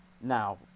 now